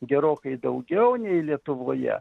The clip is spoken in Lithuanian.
gerokai daugiau nei lietuvoje